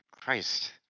Christ